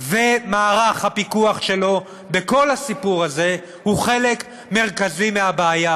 ומערך הפיקוח שלו בכל הסיפור הזה הוא חלק מרכזי מהבעיה,